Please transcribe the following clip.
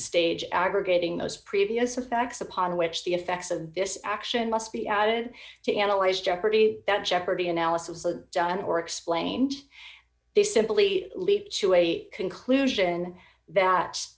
stage aggregating those previous effects upon which the effects of this action must be added to analyze jeopardy that jeopardy analysis isn't done or explained they simply leap to a conclusion